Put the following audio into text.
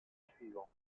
suivant